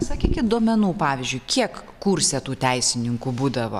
sakykit duomenų pavyzdžiui kiek kurse tų teisininkų būdavo